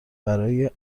برای